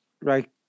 right